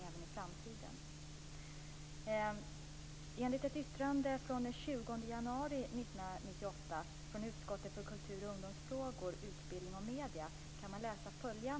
Jag skall läsa ett yttrande från den 20 januari 1998 från utskottet för kultur, ungdomsfrågor, utbildning och medier.